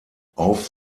auf